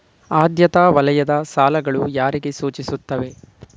ಆದ್ಯತಾ ವಲಯದ ಸಾಲಗಳು ಯಾರಿಗೆ ಸೂಚಿಸುತ್ತವೆ?